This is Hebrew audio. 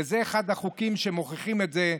וזה אחד החוקים שמוכיחים את זה.